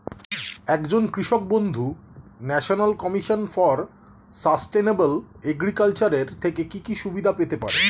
একজন কৃষক বন্ধু National Commission for Sustainable Agriculture এর থেকে কি কি সুবিধা পেতে পারে?